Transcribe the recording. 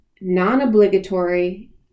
non-obligatory